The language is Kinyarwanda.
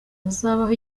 hazabaho